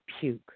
puke